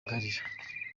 kugarira